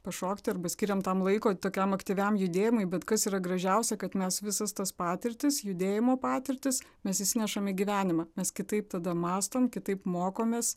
pašokti arba skiriam tam laiko tokiam aktyviam judėjimui bet kas yra gražiausia kad mes visas tas patirtis judėjimo patirtis mes įsinešam į gyvenimą mes kitaip tada mąstom kitaip mokomės